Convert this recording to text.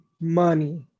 money